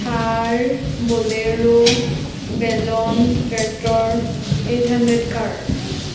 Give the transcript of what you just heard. Thar bolero balloon tractor eight hundred car